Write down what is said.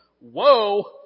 Whoa